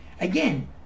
Again